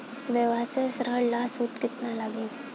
व्यवसाय ऋण ला सूद केतना लागी?